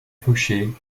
faucher